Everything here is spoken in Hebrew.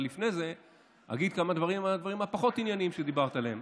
אבל לפני זה אגיד כמה דברים על הדברים הפחות-ענייניים שדיברת עליהם.